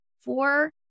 four